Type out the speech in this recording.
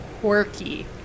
quirky